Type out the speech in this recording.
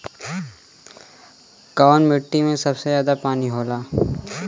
कौन मिट्टी मे सबसे ज्यादा पानी होला?